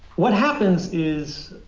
what happens is